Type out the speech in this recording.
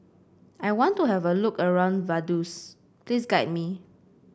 I want to have a look around Vaduz please guide me